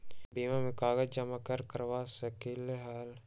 बीमा में कागज जमाकर करवा सकलीहल?